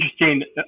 interesting